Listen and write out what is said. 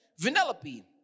Vanellope